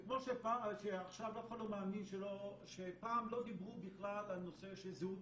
כמו שעכשיו אף אחד לא מאמין שפעם לא דיברו בכלל על נושא של זהות